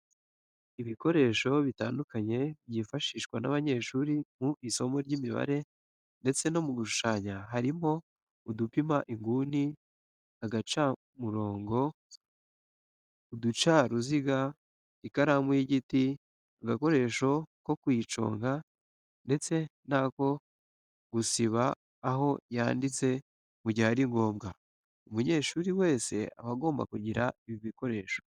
Ibikoresho bitandukanye byifashishwa n'abanyeshuri mu isomo ry'imibare ndetse no mu gushushanya harimo udupima inguni, agacamurongo, uducaruziga, ikaramu y'igiti, agakoresho ko kuyiconga ndetse n'ako gusiba aho yanditse mu gihe ari ngombwa. Umunyeshuri wese aba agomba kugira ibi bikoresho.